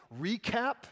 recap